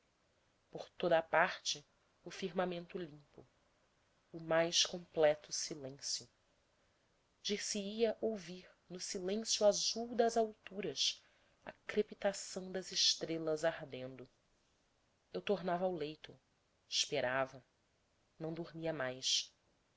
por toda a parte firmamento limpo o mais completo silêncio dir-se-ia ouvir no silêncio azul das alturas a crepitação das estrelas ardendo eu tornava ao leito esperava não dormia mais